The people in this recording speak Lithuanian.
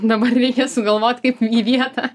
dabar reikia sugalvot kaip į vietą